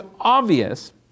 obvious